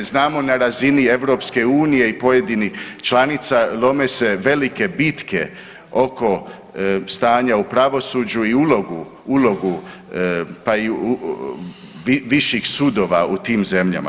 Znamo na razini EU i pojedinih članica lome se velike bitke oko stanja u pravosuđu i ulogu, ulogu, pa i viših sudova u tim zemljama.